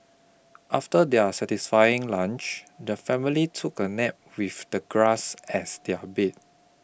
after their satisfying lunch the family took a nap with the grass as their bed